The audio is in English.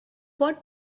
what